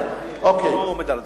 בערך, אני לא עומד על הדקה.